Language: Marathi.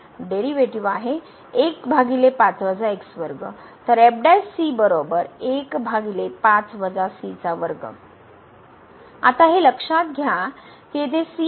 डेरीवेटीव आहे तर आता हे लक्षात घ्या की येथे c हा 0 आणि 1 च्या दरम्यान आहे